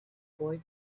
boy